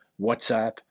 WhatsApp